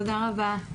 תודה רבה.